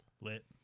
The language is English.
Lit